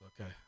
Okay